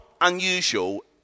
unusual